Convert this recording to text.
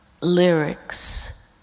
lyrics